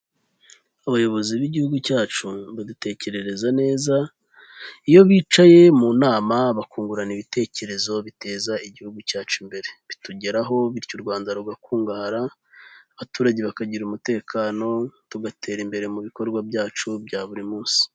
Abayobozi b'igihugu cyacu badutekerereza neza, iyo bicaye mu nama bakungurana ibitekerezo biteza igihugu cyacu imbere bitugeraho, bityo u Rwanda rugakungahara, abaturage bakagira umutekano, tugatera imbere mu bikorwa byacu bya buri munsi.